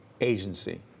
agency